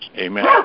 Amen